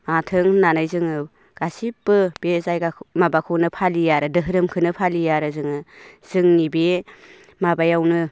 माथों होननानै जोङो गासैबो बे जायगा माबाखौनो फालियो आरो धोरोमखौनो फालियो आरो जोङो जोंनि बे माबायावनो